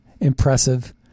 impressive